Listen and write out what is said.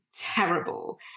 terrible